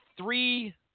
three